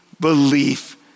belief